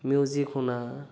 music শুনা